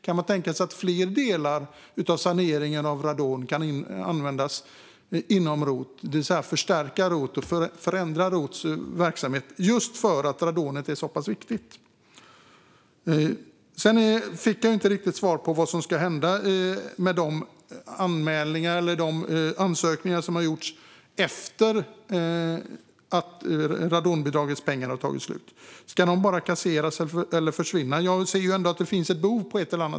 Kan man tänka sig att rot kan användas även för fler delar i radonsanering, det vill säga att rot förändras och förstärks, just för att radon är så farligt? Jag fick inte riktigt svar på vad som ska hända med de ansökningar som har gjorts efter att pengarna till radonbidraget tagit slut. Ska de bara kasseras? Jag ser ju att det finns ett behov.